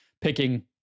picking